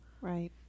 right